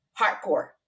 hardcore